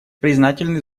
признательны